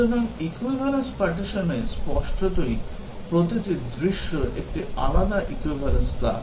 সুতরাং equivalence partitioning এ স্পষ্টতই প্রতিটি দৃশ্য একটি আলাদা equivalence class